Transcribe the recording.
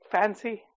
fancy